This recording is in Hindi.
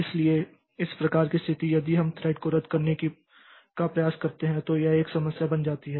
इसलिए इस प्रकार की स्थिति यदि हम थ्रेड को रद्द करने का प्रयास करते हैं तो यह एक समस्या बन जाती है